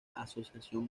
asociación